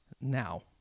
now